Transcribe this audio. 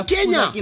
Kenya